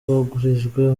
bugarijwe